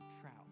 trout